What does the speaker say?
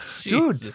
dude